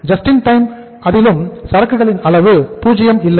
JIT யிலும் சரக்குகளின் அளவு 0 இல்லை